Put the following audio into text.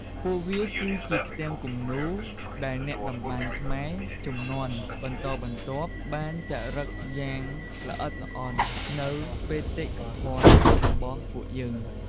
ពួកវាគឺជាផ្ទាំងគំនូរដែលអ្នកតម្បាញខ្មែរជំនាន់បន្តបន្ទាប់ បានចារឹកយ៉ាងល្អិតល្អន់នូវបេតិកភណ្ឌរបស់ពួកគេ។